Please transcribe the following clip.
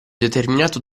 determinato